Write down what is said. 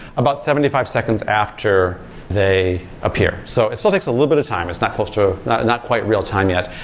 about seventy five seconds after they appear. so it still takes a little bit of time. it's not close to not not quite real-time yet.